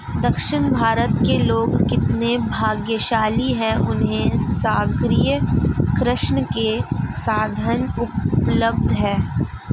दक्षिण भारत के लोग कितने भाग्यशाली हैं, उन्हें सागरीय कृषि के साधन उपलब्ध हैं